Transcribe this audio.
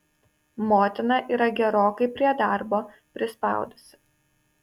motina yra gerokai prie darbo prispaudusi